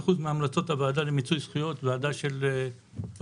63% מהמלצות הוועדה למיצוי זכויות, ועדה של פזית,